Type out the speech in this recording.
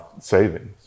savings